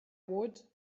would